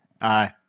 Aye